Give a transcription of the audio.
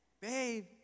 babe